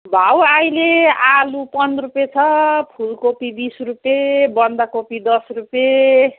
भाउ अहिले आलु पन्ध्र रुपियाँ छ फुलकोपी बिस रुपियाँ बन्दाकोपी दस रुपियाँ